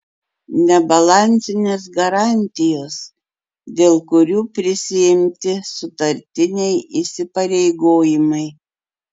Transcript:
nebalansinės garantijos dėl kurių prisiimti sutartiniai įsipareigojimai